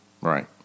Right